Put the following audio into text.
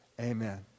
Amen